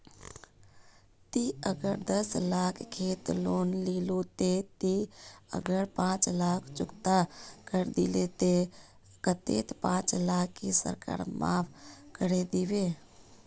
ती अगर दस लाख खेर लोन लिलो ते ती अगर पाँच लाख चुकता करे दिलो ते कतेक पाँच लाख की सरकार माप करे दिबे?